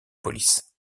police